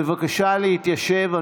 בבקשה להתיישב,